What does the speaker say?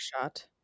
shot